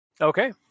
Okay